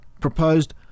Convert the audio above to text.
proposed